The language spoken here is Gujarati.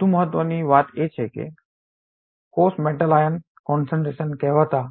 વધુ મહત્ત્વની વાત એ છે કે કોષો મેટલ આયન કોન્સેન્ટ્રેશને concentration સાંદ્રતા કહેવાતા